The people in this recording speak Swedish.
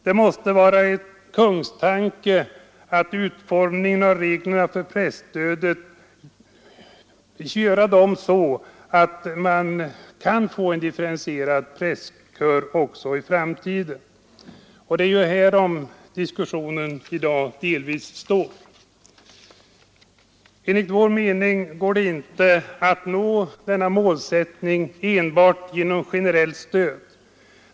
Det måste vara en kungstanke vid utformningen av reglerna för Nr 72 presstödet att se till att man kan få en differentierad presskör också i framtiden. Det är härom diskussionen i dag delvis står. Enligt vår mening går det inte att nå denna målsättning enbart genom generellt stöd.